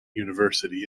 university